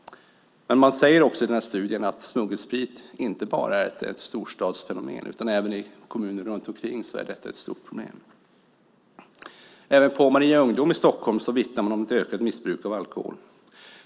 Men man säger också i studien att smuggelsprit inte bara är ett storstadsfenomen. Även i kommuner runt omkring är detta ett stort problem. Även på Maria Ungdom i Stockholm vittnar man om ett ökat missbruk av alkohol.